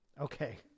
Okay